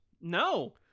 No